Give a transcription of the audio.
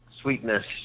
sweetness